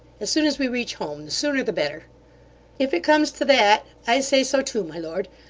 as soon as we reach home. the sooner the better if it comes to that, i say so too, my lord.